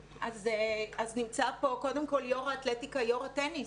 נמצא פה יו"ר האתלטיקה, יו"ר הטניס.